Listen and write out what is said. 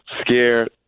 Scared